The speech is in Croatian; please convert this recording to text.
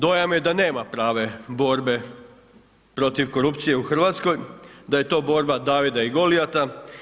Dojam je da nema prave borbe protiv korupcije u Hrvatskoj, da je to borba Davida i Golijata.